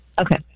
Okay